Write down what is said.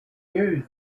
you